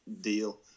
deal